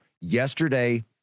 yesterday